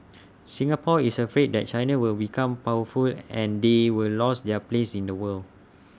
Singapore is afraid that China will become powerful and they will lost their place in the world